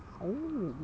oh